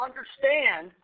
understand